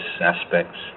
aspects